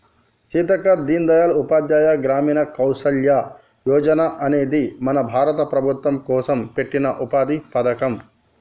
సీతక్క దీన్ దయాల్ ఉపాధ్యాయ గ్రామీణ కౌసల్య యోజన అనేది మన భారత ప్రభుత్వం కోసం పెట్టిన ఉపాధి పథకం